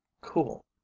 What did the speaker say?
cool